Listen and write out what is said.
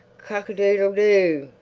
cock-a-doodle-do!